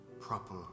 proper